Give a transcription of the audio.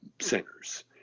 centers